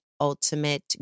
ultimate